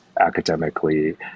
academically